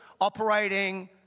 operating